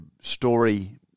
story